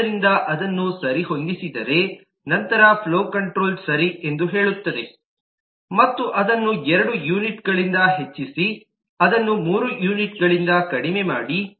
ಆದ್ದರಿಂದ ಅದನ್ನು ಸರಿಹೊಂದಿಸಿದರೆ ನಂತರ ಫ್ಲೋ ಕಂಟ್ರೋಲ್ ಸರಿ ಎಂದು ಹೇಳುತ್ತದೆ ಮತ್ತು ಅದನ್ನು ಎರಡು ಯೂನಿಟ್ಗಳಿಂದ ಹೆಚ್ಚಿಸಿ ಅದನ್ನು ಮೂರು ಯೂನಿಟ್ಗಳಿಂದ ಕಡಿಮೆ ಮಾಡಿ